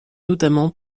notamment